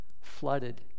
Flooded